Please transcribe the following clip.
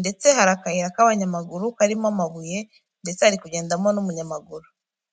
ndetse hari akayira k'abanyamaguru karimo amabuye ndetse hari kugendamo n'umunyamaguru.